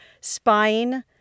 spying